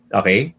okay